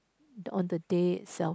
on the day itself